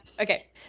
okay